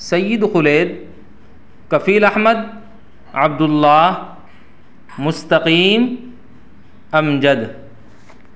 Syed Khalid Kafeel Ahmed Abdullah Mustaqeem Amjad